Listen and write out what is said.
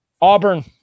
Auburn